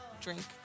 drink